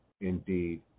indeed